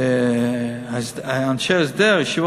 הוא יושב